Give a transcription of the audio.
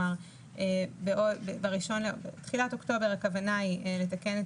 כלומר, בתחילת אוקטובר הכוונה היא לתקן את